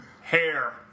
Hair